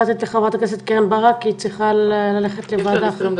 הדיבור לחברת הכנסת קרן ברק שצריכה ללכת לוועדה אחרת.